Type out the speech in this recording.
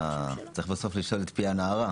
צריך בסוף לשאול את פי הנערה.